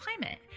climate